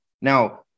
Now